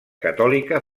catòlica